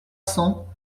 cents